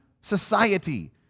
Society